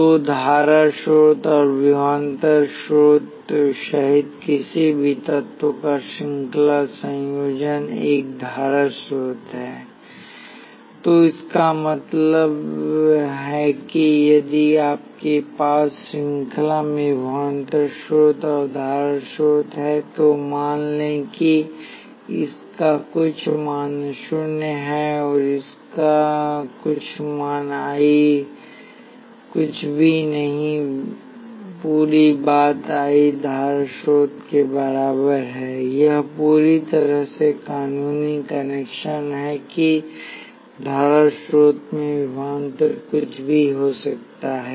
तो धारा स्रोत और विभवांतर स्रोत सहित किसी भी तत्व का श्रृंखला संयोजन एक धारा स्रोत है